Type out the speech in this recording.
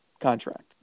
contract